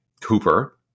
Cooper